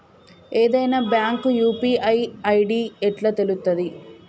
ఏదైనా bank UPI ID ఎట్లా తెలుత్తది?